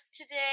today